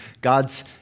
God's